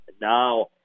Now